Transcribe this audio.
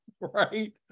right